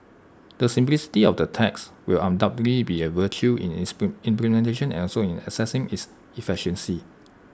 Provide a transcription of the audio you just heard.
the simplicity of the tax will undoubtedly be A virtue in its implementation and also in assessing its efficacy